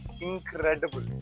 incredible